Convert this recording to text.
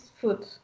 food